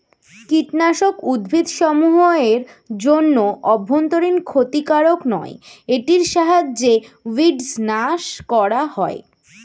কীটনাশক উদ্ভিদসমূহ এর জন্য অভ্যন্তরীন ক্ষতিকারক নয় এটির সাহায্যে উইড্স নাস করা হয়